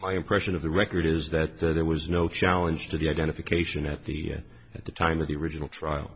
my impression of the record is that there was no challenge to the identification at the at the time of the original trial